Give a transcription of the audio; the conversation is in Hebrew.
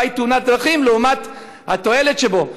אולי: תאונת דרכים לעומת התועלת שבו,